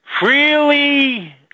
Freely